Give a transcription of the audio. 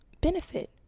benefit